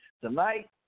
tonight